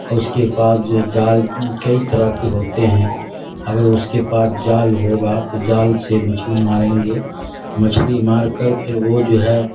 اور اس کے پاس جو ہے جال کئی طرح کے ہوتے ہیں اگر اس کے پاس جال ہوگا تو جال سے مچھلی ماریں گے مچھلی مار کر پھر وہ جو ہے